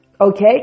Okay